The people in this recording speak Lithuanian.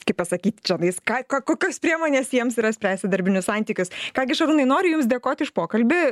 kaip pasakyt čionais ką ko kokios priemonės jiems yra spręsti darbinius santykius ką gi šarūnai noriu jums dėkoti už pokalbį